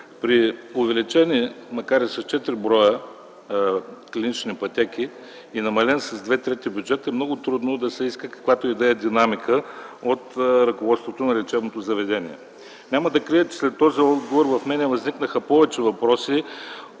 при увеличение, макар и с четири броя клинични пътеки и намален с две трети от бюджета, много е трудно да се иска каквато и да е динамика от ръководството на лечебното заведение. Няма да крия, че след този отговор в мен възникнаха повече въпроси,